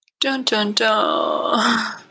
Dun-dun-dun